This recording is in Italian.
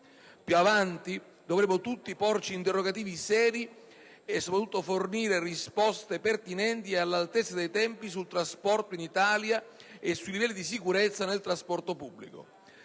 Più avanti dovremmo tutti porci interrogativi seri e, soprattutto, fornire risposte pertinenti e all'altezza dei tempi sul trasporto in Italia e sui livelli di sicurezza del trasporto pubblico.